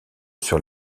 sur